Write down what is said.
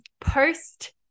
post